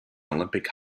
olympic